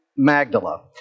Magdala